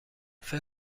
فکر